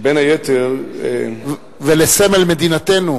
ששינסקי עכשיו, בין היתר, ולסמל מדינתנו.